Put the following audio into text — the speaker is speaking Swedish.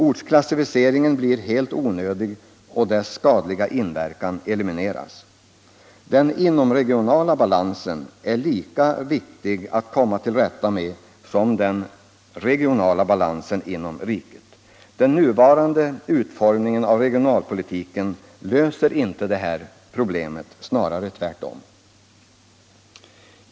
Ortsklassificeringen blir helt onödig, och dess skadliga inverkan elimineras. Den inomregionala balansen är lika viktig att komma till rätta med som den regionala balansen inom riket. Den nuvarande utformningen av regionalpolitiken löser inte det problemet — snarare tvärtom.